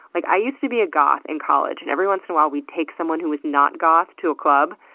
like i used to be a goth in college and every once in a while we'd take someone who was not goth to a club,